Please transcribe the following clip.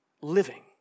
living